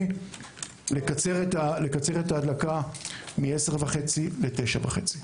כדי לקצר את ההדלקה מ-22:30 ל-21:30,